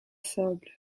sable